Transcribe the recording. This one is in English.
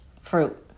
fruit